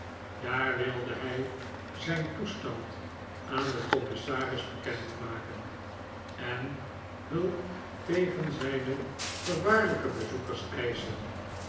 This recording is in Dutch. daar wilde hij zijn toestand aan den commissaris bekend maken en hulp tegen zijne gevaarlijke bezoekers eischen